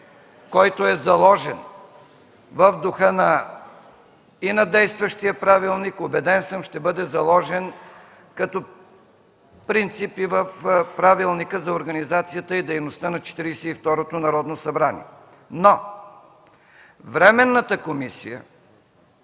който е заложен в духа и на действащия правилник, убеден съм – ще бъде заложен като принцип и в Правилника за организацията и дейността на Четиридесет и второто Народно събрание, но временната комисия